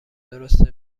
درسته